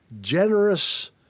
generous